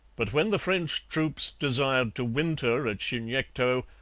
but when the french troops desired to winter at chignecto,